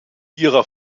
ihrer